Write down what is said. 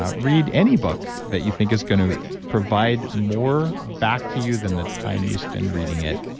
um read any book that you think is going to provide more back to you than the time you spent reading it.